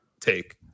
take